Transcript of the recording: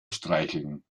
streicheln